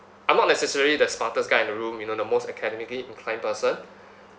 I'm not necessary the smartest guy in the room you know the most academically inclined person